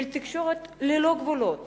של תקשורת ללא גבולות